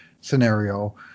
scenario